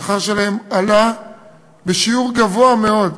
השכר שלהם עלה בשיעור גבוה מאוד.